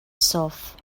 solved